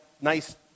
nice